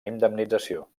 indemnització